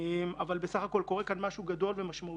אבל בסך הכול קורה כאן משהו גדול ומשמעותי.